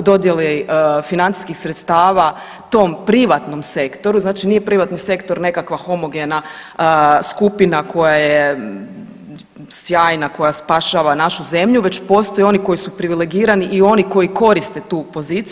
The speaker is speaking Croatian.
dodjeli financijskih sredstava tom privatnom sektoru, znači nije privatni sektor nekakva homogena skupina koja je sjajna, koja spašava našu zemlju već postoje oni koji su privilegirani i oni koji koriste tu poziciju.